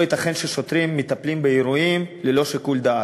לא ייתכן ששוטרים מטפלים באירועים ללא שיקול דעת,